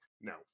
no